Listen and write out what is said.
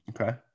Okay